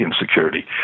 insecurity